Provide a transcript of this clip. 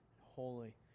holy